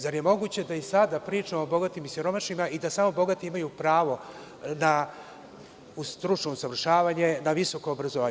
Zar je moguće da i sad pričamo o bogatima i siromašnima i da samo bogati imaju pravo na stručno usavršavanje, na visoko obrazovanje.